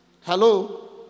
Hello